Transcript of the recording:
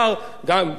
לא פחות חשוב,